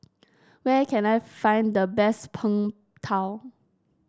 where can I find the best Png Tao